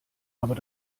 aber